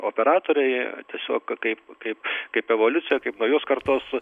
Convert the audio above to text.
operatoriai tiesiog kaip kaip kaip evoliucija kaip naujos kartos